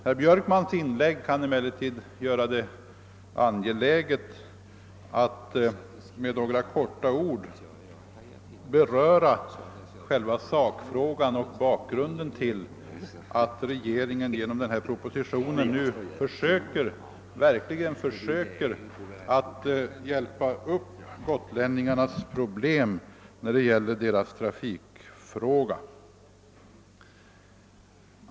Herr Björkmans inlägg gör det emellertid angeläget att med några få ord beröra själva sakfrågan och bakgrunden till att regeringen genom denna proposition nu verkligen söker lösa gotlänningarnas trafikfråga.